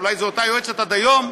אולי זו אותה יועצת עד היום,